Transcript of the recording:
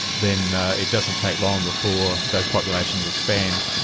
then it doesn't take long before those populations expand.